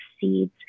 seeds